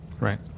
Right